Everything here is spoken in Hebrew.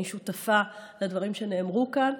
אני שותפה לדברים שנאמרו כאן,